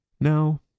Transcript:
Now